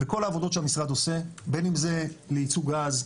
בכל העבודות שהמשרד עושה בין אם זה לייצוא גז,